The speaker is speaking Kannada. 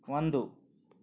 ಒಂದು